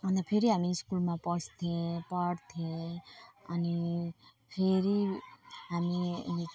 अन्त फेरि हामी स्कुलमा पस्थ्यौँ पढ्थ्यौँ अनि फेरि हामी